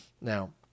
Now